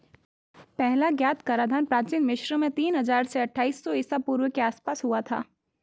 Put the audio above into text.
पहला ज्ञात कराधान प्राचीन मिस्र में तीन हजार से अट्ठाईस सौ ईसा पूर्व के आसपास हुआ था